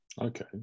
okay